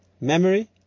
Memory